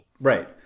Right